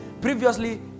previously